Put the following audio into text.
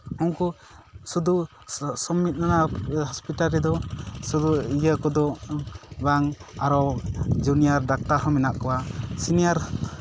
ᱩᱱᱠᱩ ᱥᱩᱫᱷᱩ ᱥᱚᱢᱢᱤᱞᱚᱱᱤ ᱦᱚᱥᱯᱤᱴᱟᱞ ᱨᱮᱫᱚ ᱤᱭᱟᱹ ᱠᱚᱫᱚ ᱵᱟᱝ ᱟᱨᱚ ᱡᱩᱱᱤᱭᱟᱨ ᱰᱟᱠᱴᱟᱨ ᱦᱚᱸ ᱢᱮᱱᱟᱜ ᱠᱚᱣᱟ ᱥᱤᱱᱤᱭᱟᱨ